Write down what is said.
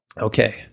Okay